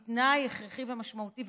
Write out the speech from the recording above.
זה תנאי הכרחי ומשמעותי.